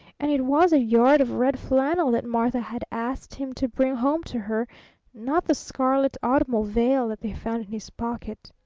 and it was a yard of red flannel that martha had asked him to bring home to her not the scarlet automobile veil that they found in his pocket.